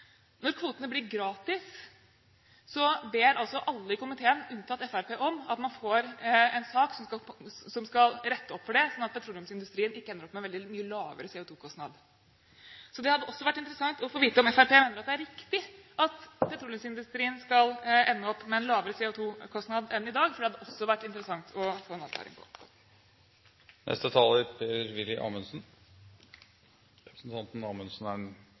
Når kvotene blir gratis, ber alle i komiteen – unntatt Fremskrittspartiet – om at man får en sak som skal rette opp for det, slik at petroleumsindustrien ikke ender opp med en veldig mye lavere CO2-kostnad. Så det hadde også vært interessant å få en avklaring på om Fremskrittspartiet mener det er riktig at petroleumsindustrien skal ende opp med en lavere CO2-kostnad enn i dag. Hvis man vil misforstå, så klarer man alltids å gjøre det. Poenget i mitt innlegg – da jeg viste til benchmarking på virksomheter som historisk sett kanskje har en